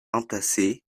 entassés